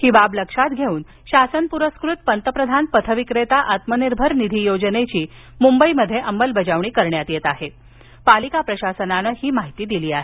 ही बाब लक्षात घेऊन शासन पुरस्कृत पंतप्रधान पथ विक्रेता आत्मनिर्भर निधी योजनेची मुंबईत अंमलबजावणी करण्यात येत असल्याबाबतची माहिती पालिका प्रशासनानं दिली आहे